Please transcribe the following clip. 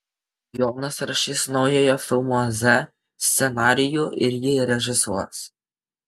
jonas rašys naujojo filmo z scenarijų ir jį režisuos